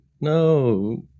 No